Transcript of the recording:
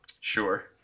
Sure